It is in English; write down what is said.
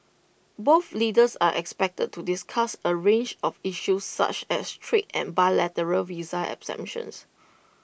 both leaders are expected to discuss A range of issues such as trade and bilateral visa exemptions